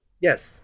yes